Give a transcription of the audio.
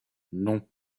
non